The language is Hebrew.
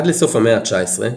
עד לסוף המאה התשע עשרה,